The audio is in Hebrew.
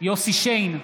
יוסף שיין,